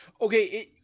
Okay